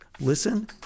Listen